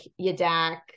Yadak